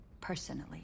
personally